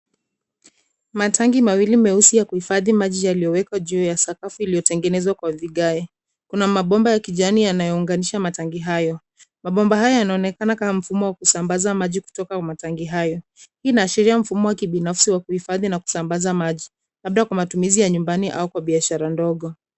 Matanki mawili meusi ya kuhifadhi maji yaliyowekwa juu ya sakafu iliyotengenezwa kwa vigae, kuna mabomba ya kijani yanayounganisha matanki hayo. Mabomba haya yanaonekana kama mfumo wa kusambaza maji kutoka matanki hayo, hii inaashiria mfumo wa kibinafsi wa kuhifadhi na kusambaza maji, labda kwa matumizi ya nyumbani au kwa biashara ndogo.